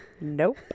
nope